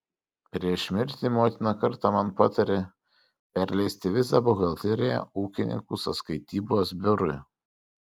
prieš mirtį motina kartą man patarė perleisti visą buhalteriją ūkininkų sąskaitybos biurui